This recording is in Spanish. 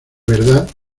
verdad